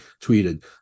tweeted